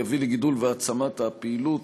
יביא לגידול ולהעצמת הפעילות